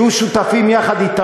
צר לי רק שהמוח הולך לקטע הביטחוני,